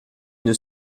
une